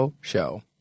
Show